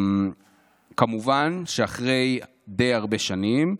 כמובן שאחרי די הרבה שנים,